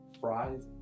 Fries